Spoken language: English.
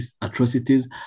atrocities